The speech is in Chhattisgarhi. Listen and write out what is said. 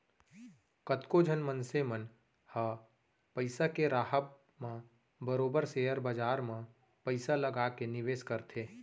कतको झन मनसे मन ह पइसा के राहब म बरोबर सेयर बजार म पइसा लगा के निवेस करथे